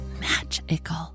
magical